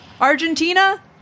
Argentina